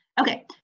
Okay